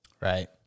Right